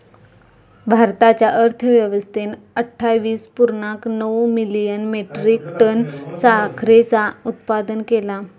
भारताच्या अर्थव्यवस्थेन अट्ठावीस पुर्णांक नऊ मिलियन मेट्रीक टन साखरेचा उत्पादन केला